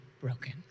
broken